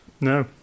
no